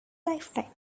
lifetime